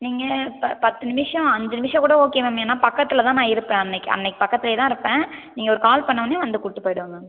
நீங்கள் ப பத்து நிமிஷம் அஞ்சு நிமிஷம் கூட ஓகே மேம் ஏன்னால் பக்கத்தில் தான் நான் இருப்பேன் அன்றைக்கி அன்றைக்கி பக்கத்திலயேதான் இருப்பேன் நீங்கள் ஒரு கால் பண்ணவொடன்னே வந்து கூட்டி போய்விடுவேன் மேம்